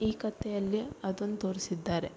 ಈ ಕಥೆಯಲ್ಲಿ ಅದೊಂದು ತೋರಿಸಿದ್ದಾರೆ